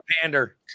pander